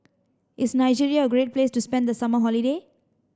is Nigeria a great place to spend the summer holiday